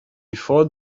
before